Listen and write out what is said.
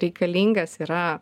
reikalingas yra